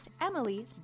Emily